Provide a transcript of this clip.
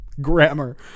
grammar